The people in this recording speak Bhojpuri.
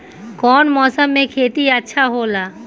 कौन मौसम मे खेती अच्छा होला?